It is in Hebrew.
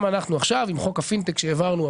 גם אנחנו עכשיו עם חוק הפידבק שהעברנו,